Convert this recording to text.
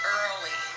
early